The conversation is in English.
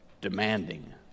demanding